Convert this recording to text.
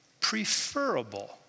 preferable